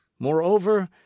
Moreover